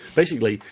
basically,